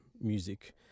music